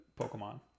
Pokemon